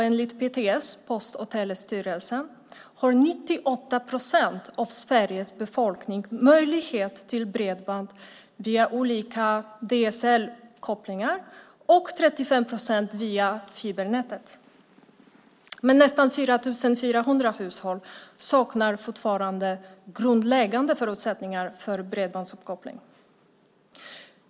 Enligt PTS, Post och telestyrelsen, har 98 procent av Sveriges befolkning möjlighet till bredband via olika DSL-uppkopplingar och 35 procent via fibernätet. Men nästan 4 400 hushåll saknar fortfarande grundläggande förutsättningar för bredbandsuppkoppling.